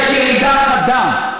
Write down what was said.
יש ירידה חדה.